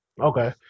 Okay